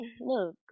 look